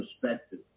perspective